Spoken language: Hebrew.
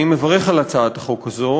אני מברך על הצעת החוק הזאת.